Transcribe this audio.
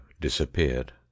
disappeared